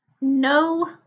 No